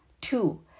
Two